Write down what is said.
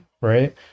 right